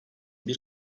bir